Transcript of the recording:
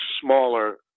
smaller